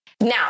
Now